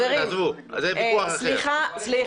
סליחה.